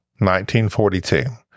1942